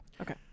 Okay